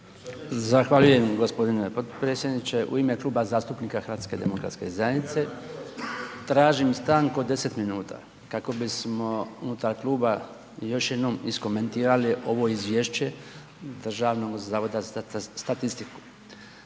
Zahvaljujem g. potpredsjedniče. U ime Kluba zastupnika HDZ-a tražim stanku od 10 minuta kako bismo unutar kluba još jednom iskomentirali ovo izvješće Državnog zavoda za statistiku.